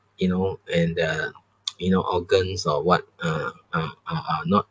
you know and the you know organs or what ah are are are not